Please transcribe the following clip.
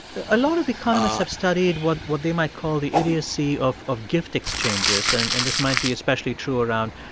a lot of economists have studied what what they might call the idiocy of of gift exchanges. and and this might be especially true around,